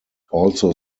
also